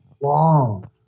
long